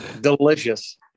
delicious